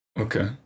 Okay